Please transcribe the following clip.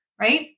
right